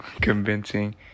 convincing